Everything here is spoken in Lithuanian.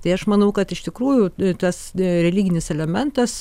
tai aš manau kad iš tikrųjų tas religinis elementas